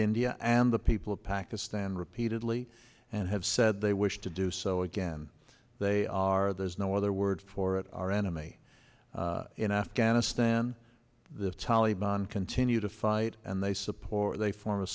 india and the people of pakistan repeatedly and have said they wish to do so again they are there's no other word for it our enemy in afghanistan the taliban continue to fight and they support they form a